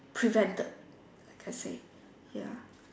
prevented like I say ya